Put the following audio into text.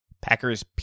Packers